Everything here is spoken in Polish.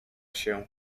się